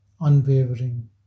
unwavering